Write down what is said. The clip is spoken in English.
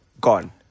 Gone